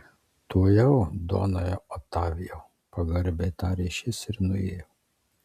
tuojau donai otavijau pagarbiai tarė šis ir nuėjo